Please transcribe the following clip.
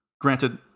Granted